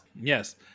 Yes